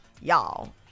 y'all